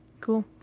Cool